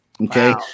Okay